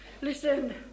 Listen